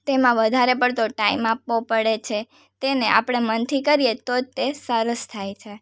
તેમાં વધારે પડતો ટાઈમ આપવો પડે છે તેને આપણે મનથી કરીએ તો જ તે સરસ થાય છે